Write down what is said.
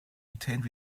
retained